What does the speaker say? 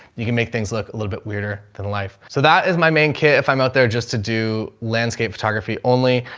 you can make things look a little bit weirder than life. so that is my main kit. if i'm out there just to do landscape photography only.